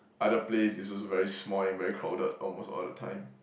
other place is also very small and very crowded almost all the time